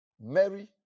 Mary